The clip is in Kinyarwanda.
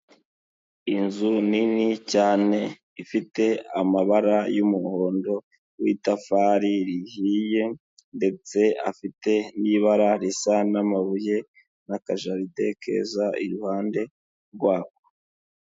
Inzu nini cyane ifite amabara y'umuhondo w'itafari rihiye ndetse afite n'ibara risa n'amabuye n'akajaride keza iruhande rwako.